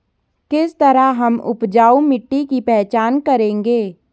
किस तरह हम उपजाऊ मिट्टी की पहचान करेंगे?